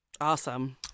Awesome